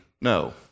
no